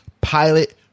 pilot